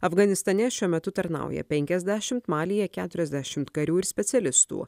afganistane šiuo metu tarnauja penkiasdešimt malyje keturiasdešimt karių ir specialistų